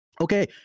Okay